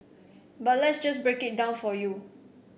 but let's just break it down for you